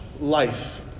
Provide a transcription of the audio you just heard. life